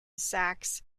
sachs